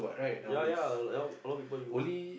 ya ya like a lot a lot people use